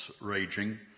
raging